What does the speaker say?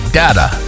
data